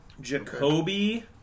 Jacoby